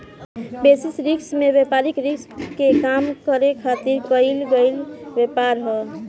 basis risk में व्यापारिक risk के कम करे खातिर कईल गयेल उपाय ह